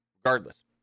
Regardless